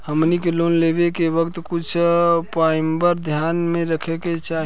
हमनी के लोन लेवे के वक्त कुछ प्वाइंट ध्यान में रखे के चाही